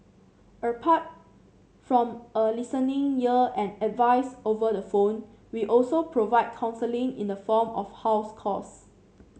apart from a listening ear and advice over the phone we also provide counselling in the form of house calls